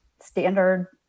standard